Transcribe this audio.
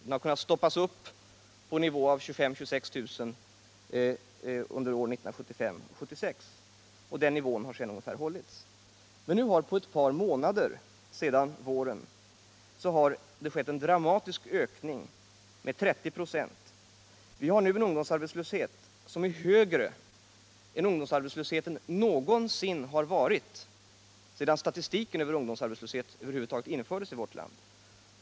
Den hade stannat på en nivå av 25 000-26 000 under 1975/76, och ungefär på den nivån låg den sedan kvar. Men nu har det på ett par månader sedan i våras skett en dramatisk ökning med 30 96. Vi har nu en ungdomsarbetslöshet som är högre än den någonsin har varit sedan statistiken över ungdomsarbetslösheten över huvud taget infördes i vårt land.